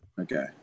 Okay